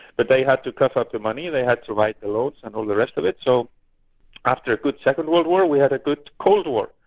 but they had to cough up the money, and they had to write their loans and all the rest of it. so after a good second world war, we had a good cold war.